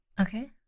Okay